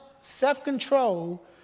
self-control